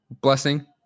Blessing